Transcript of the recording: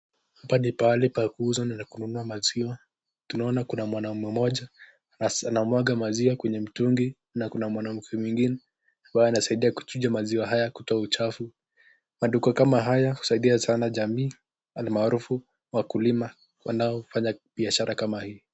Hapa ni pahali pa kuuza na kununua maziwa. Tunaona kuna mwanaume mmoja anamwaga maziwa kwenye mtungi na kuna mwanamke mwingine ambaye anasaidia kuchuja maziwa haya kutoa uchafu. Maduka kama haya kusaidia sana jamii, al maarufu wakulima wanaofanya biashara kama hii.